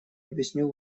объясню